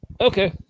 Okay